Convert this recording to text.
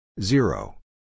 zero